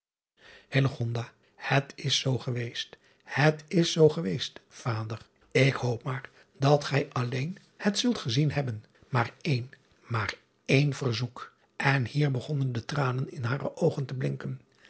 et is zoo geweest het is zoo geweest vader k hoop maar dat gij alleen het zult gezien hebben maar één maar één verzoek en hier begonnen de tranen in hare oogen te blinken